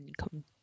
come